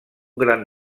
gran